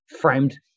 framed